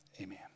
Amen